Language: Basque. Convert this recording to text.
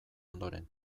ondoren